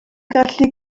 gallu